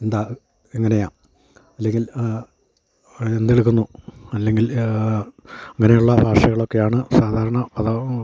എന്താണ് എങ്ങനെയാണ് അല്ലെങ്കിൽ ആ ആ എന്തെടുക്കുന്നു അല്ലെങ്കിൽ അങ്ങനെയുള്ള ഭാഷകളൊക്കെയാണ് സാധാരണ